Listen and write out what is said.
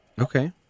Okay